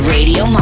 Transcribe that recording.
Radio